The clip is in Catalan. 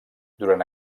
durant